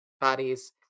bodies